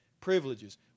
privileges